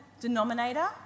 denominator